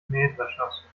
mähdreschers